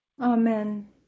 Amen